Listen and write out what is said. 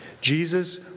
Jesus